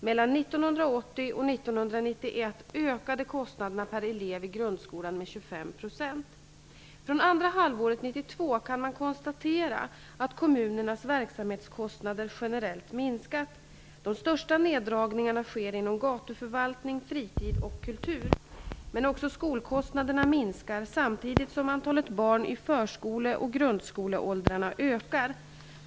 Mellan 1980 och Från andra halvåret 1992 kan man konstatera att kommunernas verksamhetskostnader generellt minskat. De största neddragningarna sker inom gatuförvaltning, fritid och kultur. Men också skolkostnaderna minskar, samtidigt som antalet barn i förskole och grundskoleåldrarna ökar.